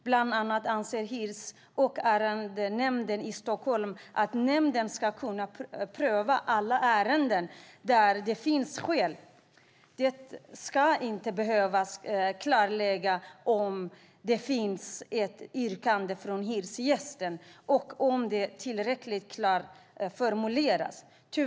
Bland annat anser Hyres och arrendenämnden i Stockholm att nämnden ska kunna pröva alla ärenden där det finns skäl. De ska inte behöva klarlägga om det finns ett yrkande från hyresgästen och om det är tillräckligt klart formulerat.